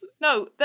No